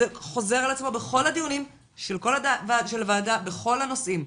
זה חוזר על עצמו בכל הדיונים של כל ועדה בכל הנושאים.